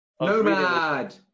nomad